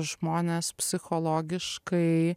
žmonės psichologiškai